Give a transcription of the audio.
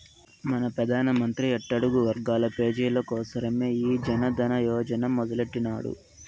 మన పెదానమంత్రి అట్టడుగు వర్గాల పేజీల కోసరమే ఈ జనదన యోజన మొదలెట్టిన్నాడు